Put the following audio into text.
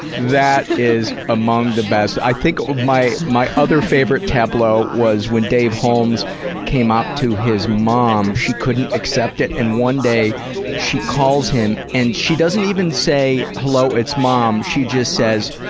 that is among the best. i think my my other favorite tableau was when david holmes came out to his mom. she couldn't accept it, and one day she calls him, and she doesn't even say hello, it's mom she just says,